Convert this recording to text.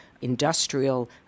industrial